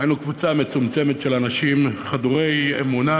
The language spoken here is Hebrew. היינו קבוצה מצומצמת של אנשים חדורי אמונה,